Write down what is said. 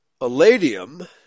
aladium